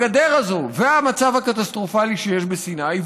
הגדר הזאת והמצב הקטסטרופלי בסיני,